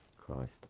Christ